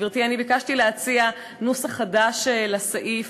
גברתי, אני ביקשתי להציע נוסח חדש לסעיף,